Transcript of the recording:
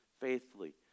faithfully